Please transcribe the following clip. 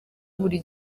buri